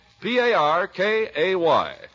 P-A-R-K-A-Y